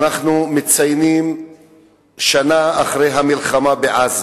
אנחנו מציינים שנה אחרי המלחמה בעזה.